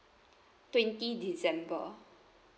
twenty december